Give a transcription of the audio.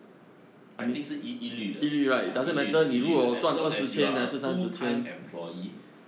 I think 是一一缕的 ah 一缕的一缕的 as long as you are a full time employee